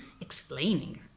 explaining